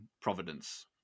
providence